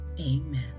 amen